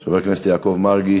של חבר הכנסת יעקב מרגי,